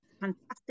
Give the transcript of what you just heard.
fantastic